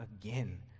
again